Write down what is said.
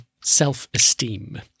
self-esteem